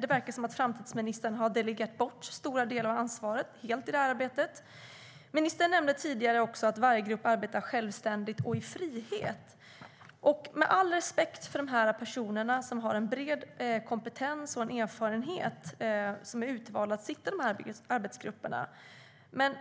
Det verkar som att framtidsministern helt har delegerat bort stora delar av ansvaret för detta arbete. Ministern nämnde också tidigare att varje grupp arbetar självständigt och i frihet. Med all respekt för de personer som har en bred kompetens och erfarenhet och som är utvalda att sitta i dessa arbetsgrupper, men